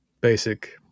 basic